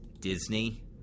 Disney